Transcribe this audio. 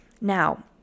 Now